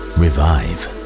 revive